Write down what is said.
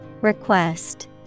Request